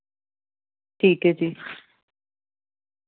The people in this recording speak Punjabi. ਠੀਕ ਹੈ ਜੀ